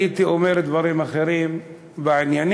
הייתי אומר דברים אחרים בעניינם,